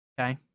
okay